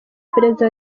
perezida